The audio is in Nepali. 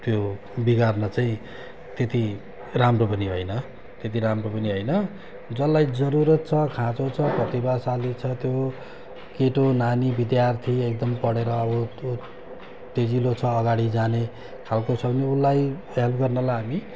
त्यो बिगार्न चाहिँ त्यति राम्रो पनि होइन त्यति राम्रो पनि होइन जसलाई जरुरत छ खाँचो छ प्रतिभाशाली छ त्यो केटो नानी विद्यार्थी एकदम पढेर अब त्यो तेजिलो छ अगाडि जाने खाले छ भने उसलाई हेल्प गर्नलाई हामी